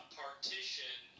partition